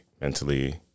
mentally